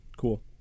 cool